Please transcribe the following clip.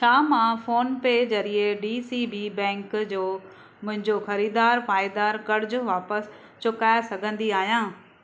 छा मां PhonePe ज़रिए डी सी बी बैंक जो मुंहिंजो ख़रीदारु पाइदारु क़र्ज़ु वापसि चुकाए सघंदी आहियां